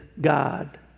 God